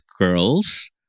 girls